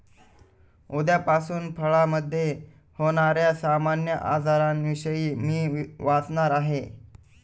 उद्यापासून फळामधे होण्याऱ्या सामान्य आजारांविषयी मी वाचणार आहे